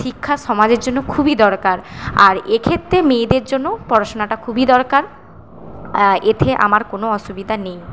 শিক্ষা সমাজের জন্য খুবই দরকার আর এক্ষেত্রে মেয়েদের জন্য পড়াশোনাটা খুবই দরকার এতে আমার কোনো অসুবিধা নেই